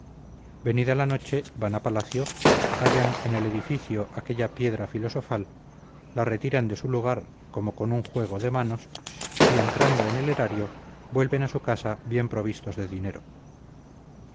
empezar venida la noche van a palacio hallan en el edificio aquella piedra filosofal la retiran de su lugar como con un juego de manos y entrando en el erario vuelven a su casa bien provistos de dinero